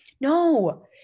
No